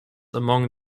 among